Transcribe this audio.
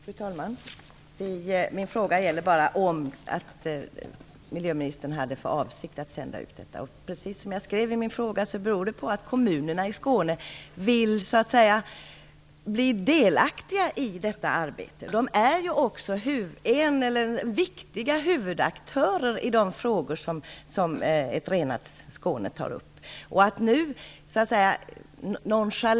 Fru talman! Min fråga gäller om miljöministern har för avsikt att sända ut betänkandet på remiss. Precis som jag skrev i min fråga har den sin grund i att kommunerna i Skåne så att säga vill bli delaktiga i detta arbete. De är ju också viktiga huvudaktörer när det gäller de frågor som tas upp i Ett renat Skåne.